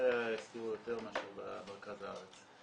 שבפריפריה ישכירו יותר מאשר במרכז הארץ.